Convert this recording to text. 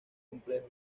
complejo